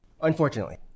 Unfortunately